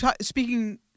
speaking